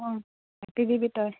অঁ কাটি দিবি তই